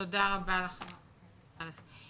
תודה רבה ח"כ סונדוס סאלח.